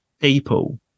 people